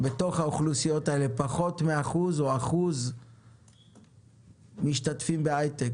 משתתף בהייטק.